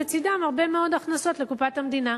בצדם הרבה מאוד הכנסות לקופת המדינה.